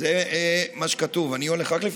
אנחנו מתרגלים.